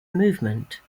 movement